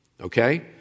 Okay